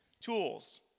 tools